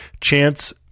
chance